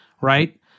right